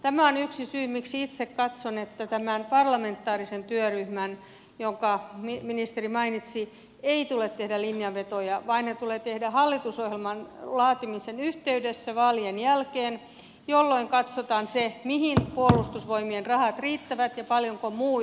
tämä on yksi syy miksi itse katson että tämän parlamentaarisen työryhmän jonka ministeri mainitsi ei tule tehdä linjanvetoja vaan ne tulee tehdä hallitusohjelman laatimisen yhteydessä vaalien jälkeen jolloin katsotaan se mihin puolustusvoimien rahat riittävät ja paljonko muu yhteiskunta tarvitsee tarpeittensa tyydyttämiseen